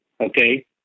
Okay